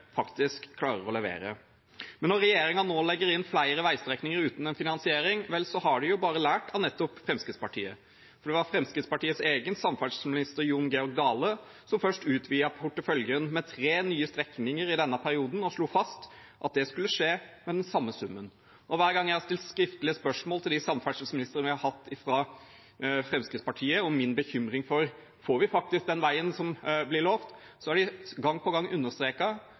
faktisk klarer å levere. Men når regjeringen nå legger inn flere veistrekninger uten en finansiering, har de jo bare lært av Fremskrittspartiet, for det var Fremskrittspartiets egen samferdselsminister Jon Georg Dale som først utvidet porteføljen med tre nye strekninger i denne perioden, og slo fast at det skulle skje med den samme summen. Hver gang jeg har stilt skriftlig spørsmål til de samferdselsministrene vi har hatt fra Fremskrittspartiet, om min bekymring for om vi faktisk får den veien som blir lovet, har de gang på gang